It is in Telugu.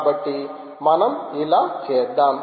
కాబట్టి మనం ఇలా చేద్దాం